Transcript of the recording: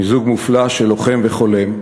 מיזוג מופלא של לוחם וחולם,